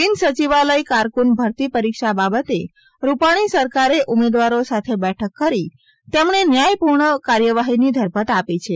બિન સચિવાલય કારકુન ભરતી પરીક્ષા બાબતે રૂપાણી સરકારે ઉમેદવારો સાથે બેઠક કરી તેમણે ન્યાયપૂર્ણ કાર્યવાહી ની ધરપત આપી છે